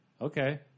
Okay